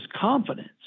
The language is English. confidence